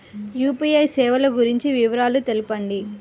UPI సేవలు గురించి వివరాలు తెలుపండి?